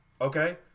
okay